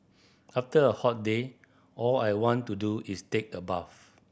after a hot day all I want to do is take a bath